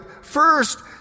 First